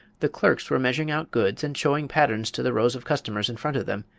the clerks were measuring out goods and showing patterns to the rows of customers in front of them,